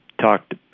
talked